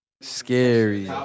Scary